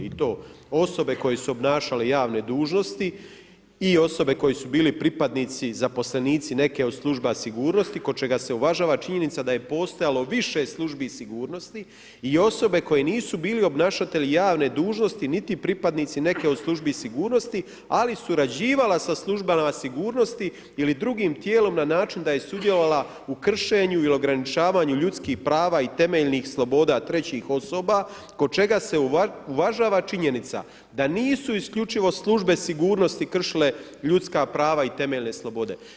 I to osobe koje su obnašale javne dužnosti i osobe koje su bile pripadnici, zaposlenici neke od služba sigurnost kod čega se uvažava činjenica da je postojalo više službi sigurnosti i osobe koje nisu bile obnašatelji javne dužnosti niti pripadnici neke od službi sigurnosti ali surađivala sa službama sigurnosti ili drugim tijelom na način da je sudjelovala u kršenju ili ograničavanju ljudskih prava i temeljnih sloboda trećih osoba kod čega se uvažava činjenica da nisu isključivo službe sigurnosti kršile ljudska prava i temeljne slobode.